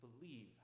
believe